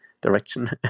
direction